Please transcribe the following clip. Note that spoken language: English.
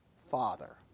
Father